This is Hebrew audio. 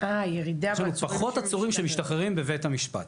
יש לנו פחות עצורים שמשתחררים בבית המשפט,